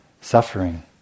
suffering